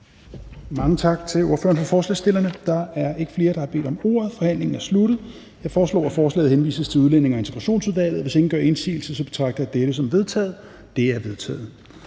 Tak til hr. Marcus Knuth. Da der ikke er flere, der har bedt om ordet, er forhandlingen sluttet. Jeg foreslår, at forslaget henvises til Udlændinge- og Integrationsudvalget. Hvis ingen gør indsigelse, betragter jeg dette som vedtaget. Det er vedtaget.